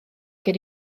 gen